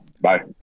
Bye